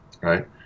right